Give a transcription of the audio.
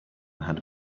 had